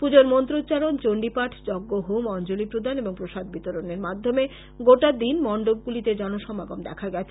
পূজোর মন্ত্রোচ্চারণ চন্ডীপাঠ যজ্ঞ হোম অঞ্জলী প্রদান এবং প্রসাদ বিতরণের মাধ্যমে গোটা দিন মন্ডপগুলিতে জনসমাগম দেখা গেছে